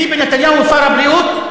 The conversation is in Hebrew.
ביבי נתניהו שר הבריאות.